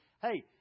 hey